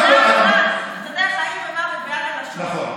חיים ומוות ביד הלשון.